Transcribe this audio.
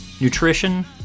nutrition